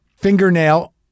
fingernail